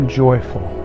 joyful